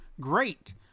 great